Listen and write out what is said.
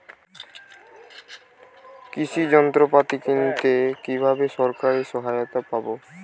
কৃষি যন্ত্রপাতি কিনতে কিভাবে সরকারী সহায়তা পাব?